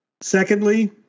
Secondly